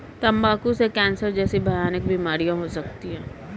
तंबाकू से कैंसर जैसी भयानक बीमारियां हो सकती है